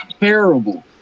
terrible